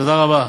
תודה רבה.